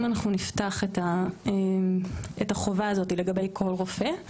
אם אנחנו נפתח את החובה הזאת לגבי כל רופא,